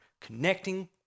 connecting